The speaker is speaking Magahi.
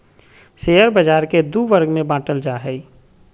शेयर बाज़ार के दू वर्ग में बांटल जा हइ